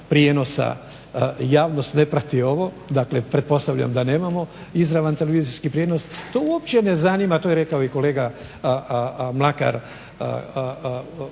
prijenosa, javnost ne prati ovo, dakle pretpostavljam da nemamo izravan televizijski prijenos. To uopće ne zanima, to je rekao i kolega Mlakar